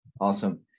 Awesome